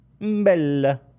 Bella